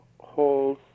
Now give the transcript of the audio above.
holes